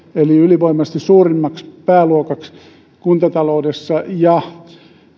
eli ylivoimaisesti suurimmaksi pääluokaksi kuntataloudessa jää sivistystoimi ja